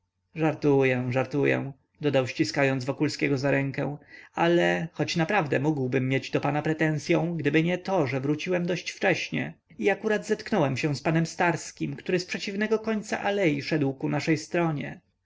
żartuję żartuję dodał ściskając wokulskiego za rękę ale choć naprawdę mógłbym mieć do pana pretensyą gdyby nie to że wróciłem dość wcześnie i akurat zetknąłem się z panem starskim który z przeciwnego końca alei szedł ku naszej stronie